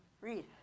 Read